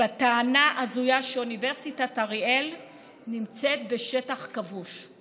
בטענה הזויה שאוניברסיטת אריאל נמצאת בשטח כבוש.